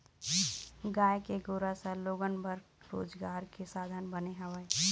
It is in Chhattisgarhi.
गाय के गोरस ह लोगन बर रोजगार के साधन बने हवय